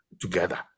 together